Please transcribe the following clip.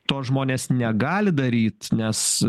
to žmonės negali daryt nes